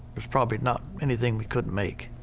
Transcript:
there's probably not anything we couldn't make.